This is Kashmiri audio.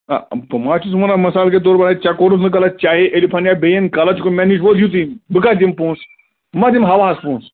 نہَ بہٕ ما چھُس وَنان مِثال کے طور پر ژےٚ کوٚرُتھ نہٕ غَلَط چاہے الفَن یا بیٚیَن غَلَط کوٚر مےٚ نِش ووت یِتُے بہٕ کتھ دِمہٕ پۅنٛسہٕ بہٕ ما دِمہٕ ہَوہَس پۅنٛسہٕ